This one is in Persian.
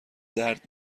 درد